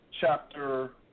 chapter